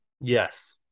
Yes